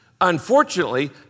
Unfortunately